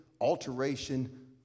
alteration